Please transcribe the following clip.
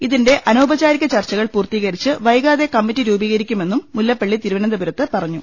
ഇതിന്റെ അനൌപചാരിക ചർച്ചകൾ പൂർത്തീകരിച്ച് വൈകാതെ കമ്മിറ്റി രൂപീകരിക്കു മെന്നും മുല്ലപ്പള്ളി തിരു വ ന ന്ത പു രത്ത് പറഞ്ഞു